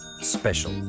special